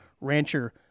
rancher